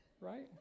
right